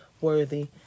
worthy